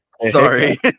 Sorry